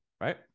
right